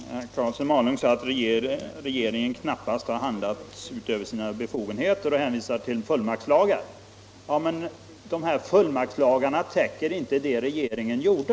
Herr talman! Herr Karlsson i Malung sade att regeringen knappast har överskridit sina befogenheter och hänvisar till fullmaktslagar. Ja, men de här fullmaktslagarna täcker inte vad regeringen gjorde.